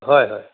হয় হয়